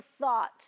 thought